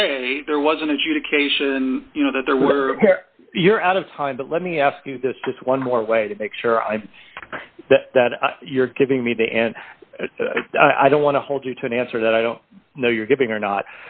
sure there was an adjudication you know that there were you're out of time but let me ask you this just one more way to make sure i'm that you're giving me the and i don't want to hold you to an answer that i don't know you're giving or not